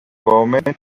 government